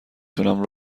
تونم